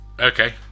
okay